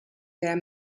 der